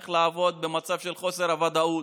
איך לעבוד במצב של חוסר ודאות,